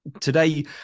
Today